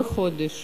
כל חודש